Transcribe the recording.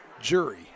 Jury